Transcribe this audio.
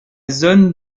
zone